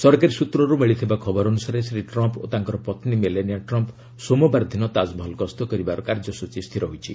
ସରକାରୀ ସ୍ତ୍ରର୍ତ୍ତ ମିଳିଥିବା ଖବର ଅନୁସାରେ ଶ୍ରୀ ଟ୍ରମ୍ପ୍ ଓ ତାଙ୍କର ପତ୍ନୀ ମେଲେନିଆ ଟ୍ରମ୍ପ୍ ସୋମବାର ଦିନ ତାକ୍ମହଲ୍ ଗସ୍ତ କରିବାର କାର୍ଯ୍ୟସ୍ଚୀ ରହିଛି